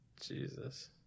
Jesus